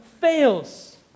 fails